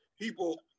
People